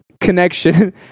connection